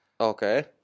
Okay